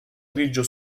grigio